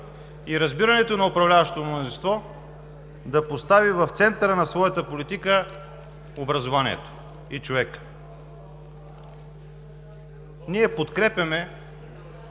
и разбирането на управляващото мнозинство да постави в центъра на своята политика образованието и човека. Ние подкрепяме